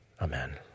Amen